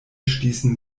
stießen